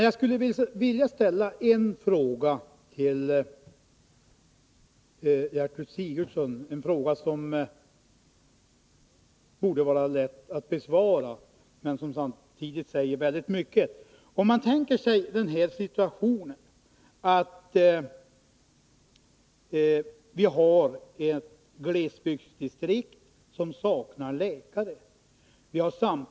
Jag skulle vilja ställa en fråga till Gertrud Sigurdsen, en fråga som borde 161 vara lätt att besvara, men som samtidigt säger väldigt mycket. Vi kan tänka oss följande situation. I ett glesbygdsdistrikt saknas läkare.